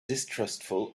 distrustful